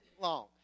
long